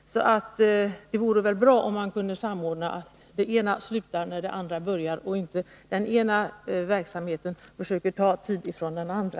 Det vore väl bra om man kunde samordna det så att den ena slutar när den andra börjar och inte låta den ena verksamheten försöka ta tid från den andra.